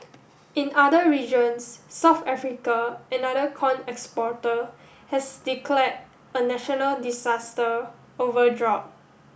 in other regions South Africa another corn exporter has declared a national disaster over drought